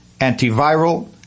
antiviral